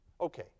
Okay